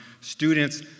students